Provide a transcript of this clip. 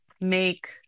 make